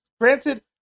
granted